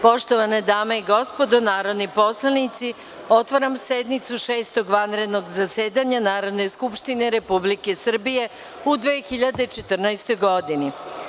Poštovane dame i gospodo narodni poslanici, otvaram sednicu Šestog vanrednog zasedanja Narodne skupštine Republike Srbije u 2014. godini.